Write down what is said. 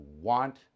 want